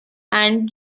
and